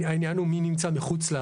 העניין הוא מי נמצא מחוץ,